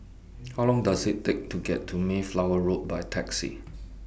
How Long Does IT Take to get to Mayflower Road By Taxi